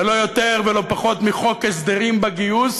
זה לא יותר ולא פחות מחוק הסדרים בגיוס